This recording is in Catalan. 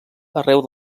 arreu